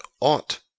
ought